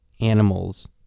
animals